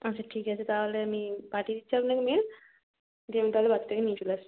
আচ্ছা ঠিক আছে তাহলে আমি পাঠিয়ে দিচ্ছি আপনাকে মেল দিয়ে আমি তাহলে বাচ্চাটাকে নিয়ে চলে আসছি